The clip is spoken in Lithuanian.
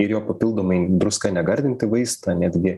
ir jo papildomai druska negardinti vaistą netgi